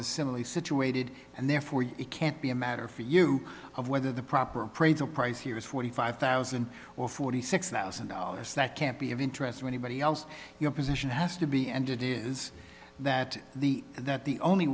the similarly situated and therefore it can't be a matter for you of whether the proper appraisal price here is forty five thousand or forty six thousand dollars that can't be of interest to anybody else your position has to be and it is that the that